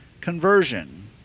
conversion